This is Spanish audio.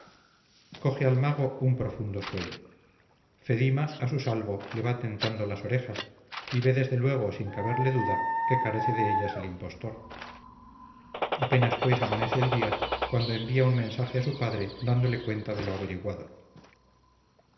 coge al mago un profundo sueño fedima a su salvo le va tentando las orejas y ve desde luego sin caberle duda que carece de ellas el impostor apenas pues amanece el día cuando envía un mensaje a su padre dándole cuenta de lo averiguado